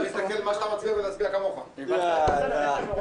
גם אני.